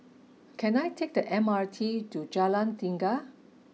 can I take the M R T to Jalan Tiga